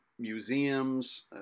museums